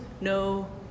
no